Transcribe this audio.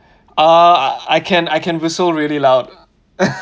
uh I can I can whistle really loud